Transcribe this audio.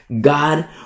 God